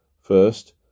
First